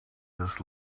this